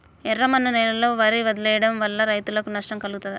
ఎర్రమన్ను నేలలో వరి వదిలివేయడం వల్ల రైతులకు నష్టం కలుగుతదా?